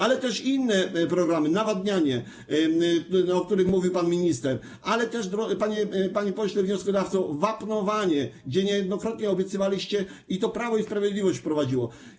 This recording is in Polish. Ale są też inne programy: nawadnianie, o którym mówił pan minister, ale też, panie pośle wnioskodawco, wapnowanie, które niejednokrotnie obiecywaliście, a Prawo i Sprawiedliwość to wprowadziło.